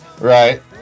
Right